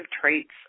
traits